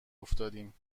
افتادیم